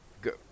go